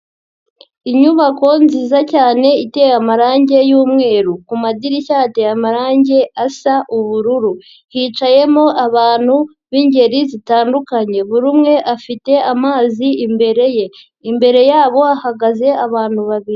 Inyubako nziza cyane iteye amarangi y'umweru, kumadirishya hateye amarangi asa ubururu, hicayemo abantu b'ingeri zitandukanye, buri umwe afite amazi imbere ye, imbere yabo hagaze abantu babiri.